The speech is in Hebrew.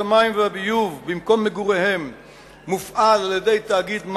המים והביוב במקום מגוריהם מופעל על-ידי תאגיד מים,